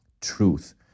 truth